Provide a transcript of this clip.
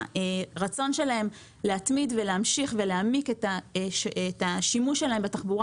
הרצון שלהם להתמיד ולהמשיך ולהעמיק את השימוש שלהם בתחבורה